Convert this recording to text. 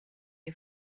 ihr